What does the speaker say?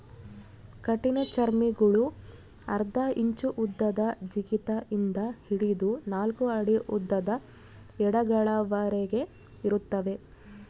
ಕಠಿಣಚರ್ಮಿಗುಳು ಅರ್ಧ ಇಂಚು ಉದ್ದದ ಜಿಗಿತ ಇಂದ ಹಿಡಿದು ನಾಲ್ಕು ಅಡಿ ಉದ್ದದ ಏಡಿಗಳವರೆಗೆ ಇರುತ್ತವೆ